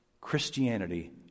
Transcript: Christianity